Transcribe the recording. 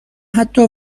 حتی